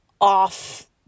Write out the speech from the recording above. off